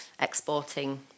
exporting